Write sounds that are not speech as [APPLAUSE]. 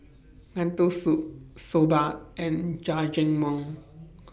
[NOISE] Lentil Soup Soba and Jajangmyeon